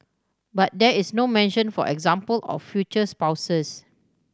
but there is no mention for example of future spouses